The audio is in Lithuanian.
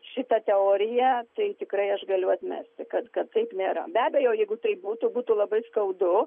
šitą teoriją tai tikrai aš galiu atmesti kad taip nėra be abejo jeigu taip būtų būtų labai skaudu